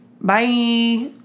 Bye